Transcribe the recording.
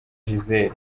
gisele